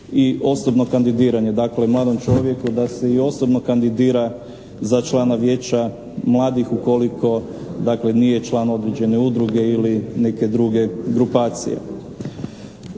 i osobno kandidiranje mladom čovjeku da se i osobno kandidira za člana vijeća mladih ukoliko nije član određene udruge ili neke druge grupacije.